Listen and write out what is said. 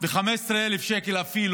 ואפילו 15,000 שקל,